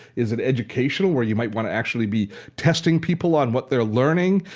is it educational where you might want to actually be testing people on what they're learning?